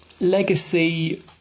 legacy